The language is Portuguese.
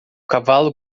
cavalo